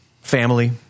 family